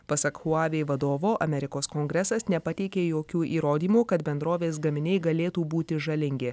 pasak huawei vadovo amerikos kongresas nepateikė jokių įrodymų kad bendrovės gaminiai galėtų būti žalingi